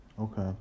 Okay